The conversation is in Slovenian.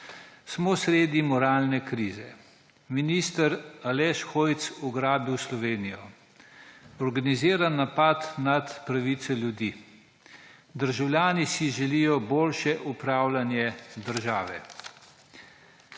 »Smo sredi moralne krize. Minister Aleš Hojs ugrabil Slovenijo. Organiziran napad nad pravice ljudi. Državljani si želijo boljše upravljanje države.